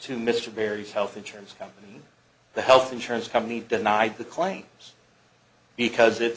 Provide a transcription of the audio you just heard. to mr barry's health insurance company the health insurance company denied the claims because it